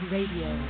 Radio